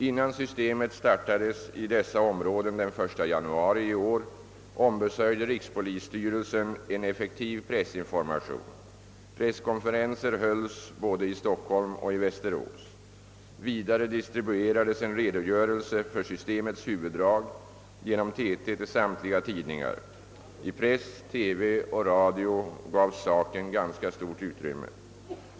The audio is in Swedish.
Innan systemet startades i dessa områden den 1 januari 1967 ombesörjde rikspolisstyrelsen en effektiv pressinformation. Presskonferenser hölls både i Stockholm och i Västerås. Vidare distribuerades en redo görelse för systemets huvuddrag genom TT till samtliga tidningar. I press, TV och radio gavs saken ganska stort utrymme.